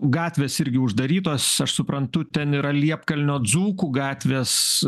gatvės irgi uždarytos aš suprantu ten yra liepkalnio dzūkų gatvės